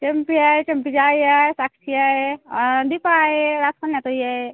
चंपी आय चंपीची आई आय साक्षी आय दीपा आय अर्चना तई आय